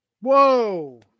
whoa